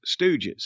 stooges